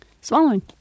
Swallowing